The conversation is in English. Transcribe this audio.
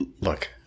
look